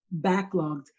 backlogged